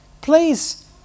Please